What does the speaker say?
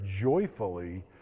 joyfully